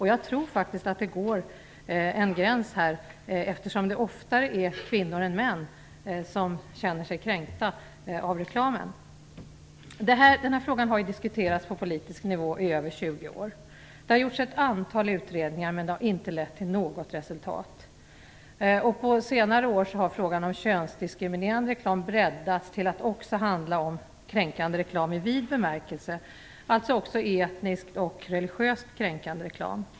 Jag tror faktiskt att det här går en gräns, eftersom det oftare är kvinnor än män som känner sig kränkta av reklamen. Denna fråga har diskuterats på politisk nivå i över 20 år. Det har gjorts ett antal utredningar, men de har inte lett till något resultat. På senare år har frågan om könsdiskriminerande reklam breddats till att också handla om kränkande reklam i vid bemärkelse, alltså också etniskt och religiöst kränkande reklam.